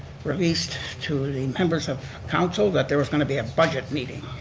released to the members of council that there was going to be a budget meeting.